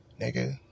nigga